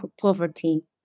poverty